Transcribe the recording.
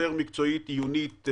היותר מקצועית-עיונית,